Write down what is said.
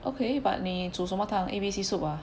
okay but 你煮什么汤 A_B_C soup ah